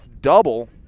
double